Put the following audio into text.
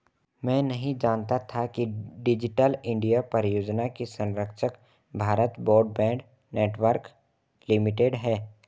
मैं नहीं जानता था कि डिजिटल इंडिया परियोजना की संरक्षक भारत ब्रॉडबैंड नेटवर्क लिमिटेड है